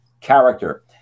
character